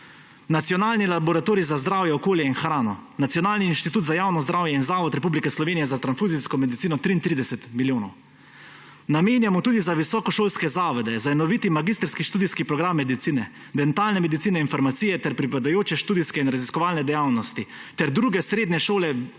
Nacionalni laboratorij za zdravje, okolje in hrano, Nacionalni inštitut za javno zdravje in Zavod Republike Slovenije za transfuzijsko medicino – 33 milijonov. Namenjamo tudi za visokošolske zavode, za enovit magistrski študijski program Medicine, Dentalne medicine in Farmacije ter pripadajoče študijske in raziskovalne dejavnosti ter za druge srednje šole,